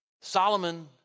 Solomon